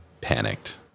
panicked